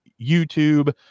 YouTube